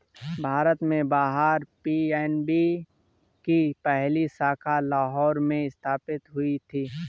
भारत के बाहर पी.एन.बी की पहली शाखा लाहौर में स्थापित हुई थी